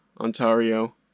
Ontario